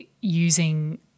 using